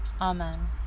Amen